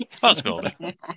Possibility